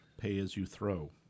Pay-As-You-Throw